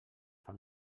fan